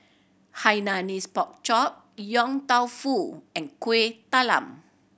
Hainanese Pork Chop Yong Tau Foo and Kueh Talam